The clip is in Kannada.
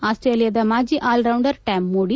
ಆಸ್ಟೇಲಿಯಾದ ಮಾಜಿ ಆಲ್ರೌಂಡರ್ ಟಾಮ್ಮೂಡಿ